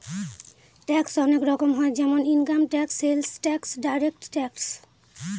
tax অনেক রকম হয় যেমন income tax, sales tax, direct tax